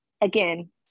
Again